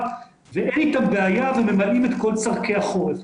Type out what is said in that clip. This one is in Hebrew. ואין איתם בעיה והם ממלאים את כל צרכי החורף.